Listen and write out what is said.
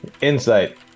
Insight